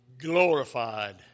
glorified